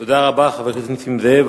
תודה רבה לחבר הכנסת נסים זאב.